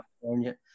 California